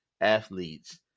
athletes